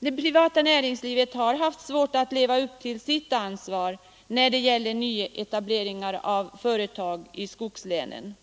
Det privata näringslivet har haft svårt att leva upp till sitt ansvar när det gäller nyetableringar av företag i skogslänen.